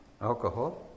alcohol